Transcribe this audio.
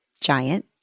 giant